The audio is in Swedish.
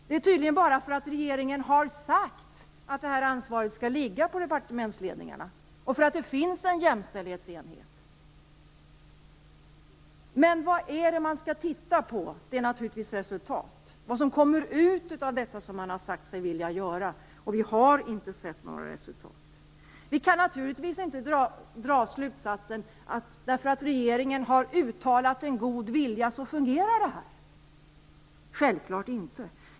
Det är tydligen bara för att regeringen har sagt att ansvaret skall ligga på departementsledningarna och för att det finns en jämställdhetsenhet. Men vad är det man skall titta på? Jo, det är naturligtvis resultat. Man skall titta på vad som kommer ut av det som regeringen har sagt sig vilja göra. Vi har inte sett några resultat. Vi kan naturligtvis inte dra slutsatsen att det här fungerar bara för att regeringen har uttryckt en god vilja. Det kan vi självklart inte.